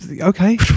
okay